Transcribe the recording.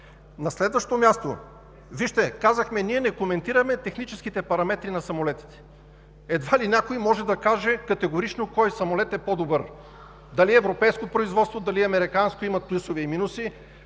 На следващо място, вижте, казахме: „Ние не коментираме техническите параметри на самолетите“. Едва ли някой може да каже категорично кой самолет е по-добър – дали европейско производство, дали американско, имат плюсове и минуси.